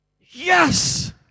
Yes